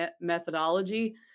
methodology